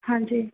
ਹਾਂਜੀ